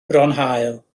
fronhaul